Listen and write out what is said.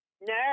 No